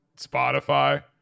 Spotify